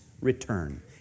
return